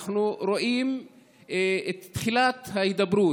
אנחנו רואים את תחילת ההידברות,